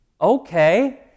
Okay